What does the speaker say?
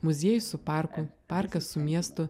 muziejus su parku parkas su miestu